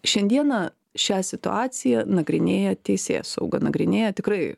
šiandieną šią situaciją nagrinėja teisėsauga nagrinėja tikrai